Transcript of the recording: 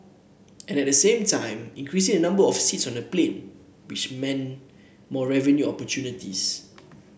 and at the same time increasing the number of seats on the plane which meant more revenue opportunities